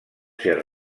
ser